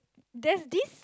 there's this